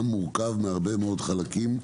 העם מורכב מהרבה מאוד חלקים.